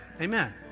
Amen